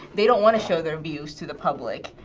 they don't want to show their views to the public.